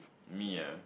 me ah